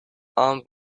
armed